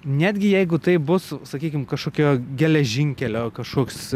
netgi jeigu tai bus sakykim kažkokio geležinkelio kažkoks